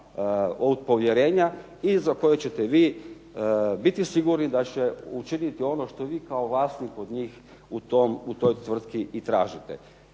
od povjerenja i za koje ćete vi biti sigurni da će učiniti ono što vi kao vlasnik od njih u toj tvrtki i tražite.